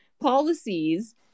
policies